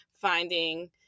finding